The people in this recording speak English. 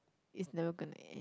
it's never gonna end